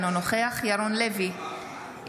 אינו נוכח ירון לוי,